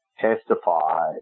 testified